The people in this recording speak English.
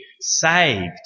saved